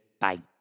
Bye